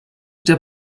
der